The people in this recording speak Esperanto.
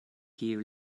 kiu